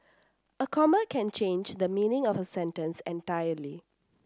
a comma can change the meaning of a sentence entirely